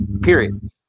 Period